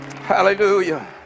Hallelujah